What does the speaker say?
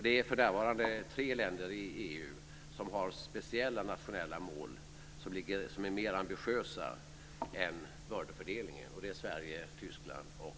Det finns för närvarande tre länder i EU som har speciella nationella mål som är mer ambitiösa än de i bördefördelningen, nämligen Sverige, Tyskland och